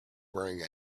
wearing